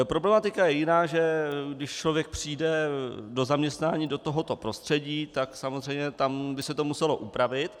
Problematika je jiná, že když člověk přijde do zaměstnání do tohoto prostředí, tak samozřejmě tam by se to muselo upravit.